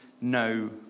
no